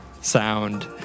sound